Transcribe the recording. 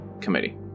Committee